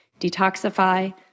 detoxify